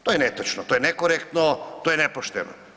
To je netočno, to ne nekorektno, to je nepošteno.